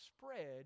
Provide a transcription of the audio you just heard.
spread